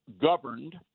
governed